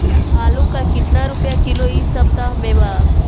आलू का कितना रुपया किलो इह सपतह में बा?